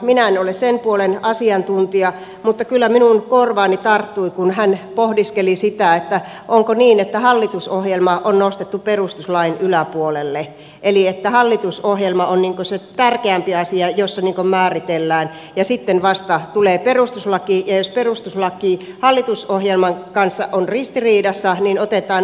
minä en ole sen puolen asiantuntija mutta kyllä minun korvaani tarttui kun hän pohdiskeli sitä onko niin että hallitusohjelma on nostettu perustuslain yläpuolelle eli että hallitusohjelma on se tärkeämpi asia jossa määritellään ja sitten vasta tulee perustuslaki ja jos perustuslaki hallitusohjelman kanssa on ristiriidassa niin otetaan uutta tulkintaa perustuslakiin